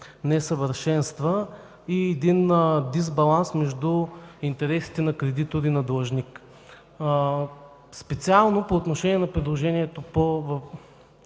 несъвършенства и един дисбаланс между интересите на кредитор и на длъжник. Специално по отношение на предложението в